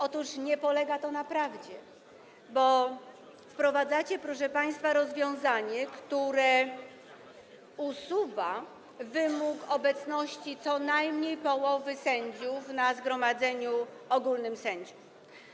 Otóż nie polega to na prawdzie, bo wprowadzacie, proszę państwa, rozwiązanie, które usuwa wymóg obecności co najmniej połowy sędziów na zgromadzeniu ogólnym sędziów.